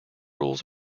rules